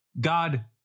God